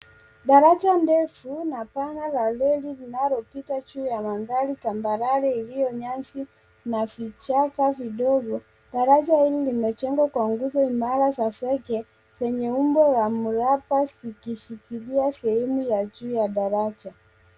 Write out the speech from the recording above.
Daraja ndefu na pana la reli linalopita juu ya mandhari tambarare iliyo nyasi na vichaka kidogo. Daraja hili limejengwa kwa nguvu imara za sege zenye umbo wa mraba zikishikilia sehemu ya juu ya daraja.